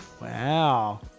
Wow